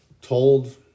told